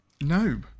No